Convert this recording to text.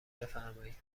بفرمایید